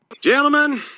Gentlemen